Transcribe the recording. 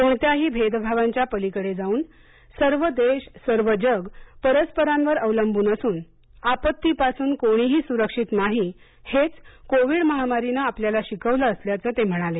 कोणत्याही भेद भावांच्या पलीकडे जाऊन सर्व देश सर्व जग परस्परांवर अवलंबून असून आपत्ती पासून कोणीही सुरक्षित नाही हेच कोविड महामारीने आपल्याला शिकवलं असल्याचं ते म्हणाले